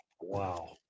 Wow